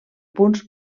punts